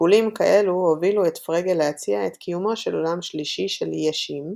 שיקולים כאלו הובילו את פרגה להציע את קיומו של עולם שלישי של ישים,